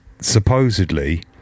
supposedly